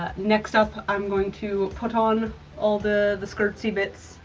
ah next up, i'm going to put on all the the skirtsy bits.